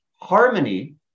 Harmony